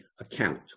account